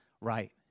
right